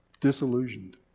Disillusioned